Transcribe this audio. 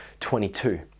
22